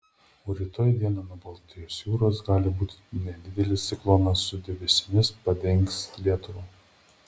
o rytoj dieną nuo baltijos jūros gali būti nedidelis ciklonas su debesimis padengs lietuvą